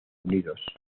unidos